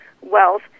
wealth